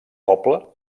poble